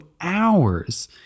hours